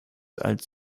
als